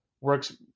works